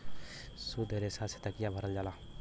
सुद्ध रेसा से तकिया भरल जाला